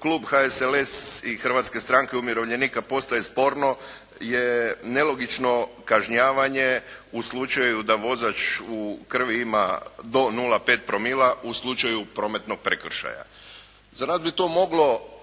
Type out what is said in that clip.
klub HSLS-a i Hrvatske stranke umirovljenika postaje sporno je nelogično kažnjavanje u slučaju da vozač u krvi ima do 0,5 promila u slučaju prometnog prekršaja. Za nas bi to moglo